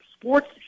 Sports